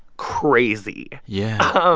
crazy yeah.